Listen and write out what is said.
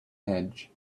edge